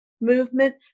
movement